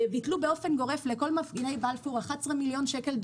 ביטלו באופן גורף דוחות וקנסות לכל מפגיני בלפור 11 מיליון שקל.